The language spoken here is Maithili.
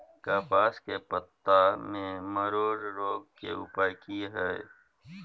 कपास के पत्ता में मरोड़ रोग के उपाय की हय?